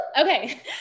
Okay